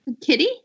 Kitty